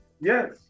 yes